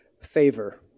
favor